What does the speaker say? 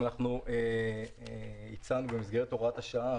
הוראת השעה